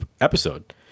episode